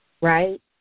right